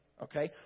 Okay